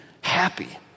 happy